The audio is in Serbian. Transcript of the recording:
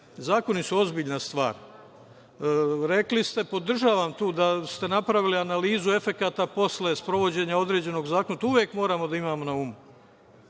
Zakoni su ozbiljna stvar. Rekli ste – podržavam, da ste napravili analizu efekata posle sprovođenja određenog zakona. To uvek moramo da imamo na umu.